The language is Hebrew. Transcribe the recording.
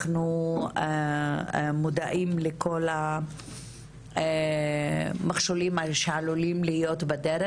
אנחנו מודעים לכל המכשולים שעלולים להיות בדרך.